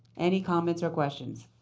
any comments or questions?